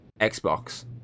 Xbox